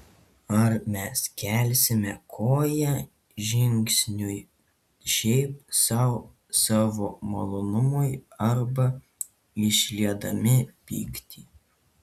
ar mes kelsime koją žingsniui šiaip sau savo malonumui arba išliedami pyktį